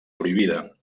prohibida